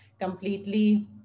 completely